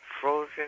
frozen